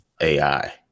AI